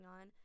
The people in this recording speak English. on